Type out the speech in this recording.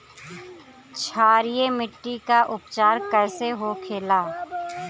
क्षारीय मिट्टी का उपचार कैसे होखे ला?